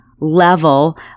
level